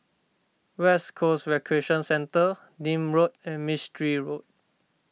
West Coast Recreation Centre Nim Road and Mistri Road